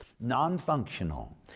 non-functional